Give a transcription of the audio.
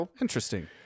Interesting